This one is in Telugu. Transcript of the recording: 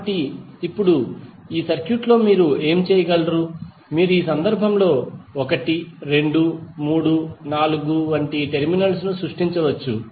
కాబట్టి ఇప్పుడు ఈ సర్క్యూట్లలో మీరు ఏమి చేయగలరు మీరు ఈ సందర్భంలో 1 2 3 4 వంటి టెర్మినల్స్ సృష్టించవచ్చు